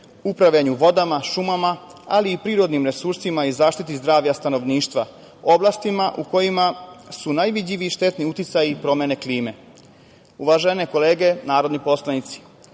upravljanju vodama, šumama, ali i prirodnim resursima i zaštiti zdravlja stanovništva, u oblastima u kojima su najvidljiviji štetni uticaji promene klime. Uvažene kolege narodni poslanici,